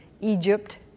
Egypt